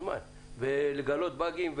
לגלות באגים,